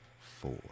four